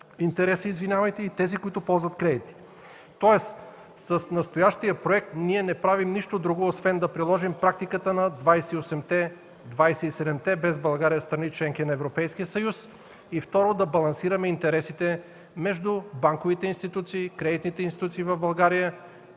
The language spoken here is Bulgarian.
интереси, и тези, които ползват кредити. С настоящия проект ние не правим нищо друго, освен да приложим практиката на 28-те – 27-те без България, страни – членки на Европейския съюз, и второ, да балансираме интересите между банковите, кредитните институции в България,